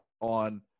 on